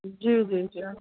जी जी जी